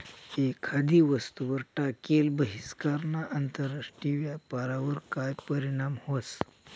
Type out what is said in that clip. एखादी वस्तूवर टाकेल बहिष्कारना आंतरराष्ट्रीय व्यापारवर काय परीणाम व्हस?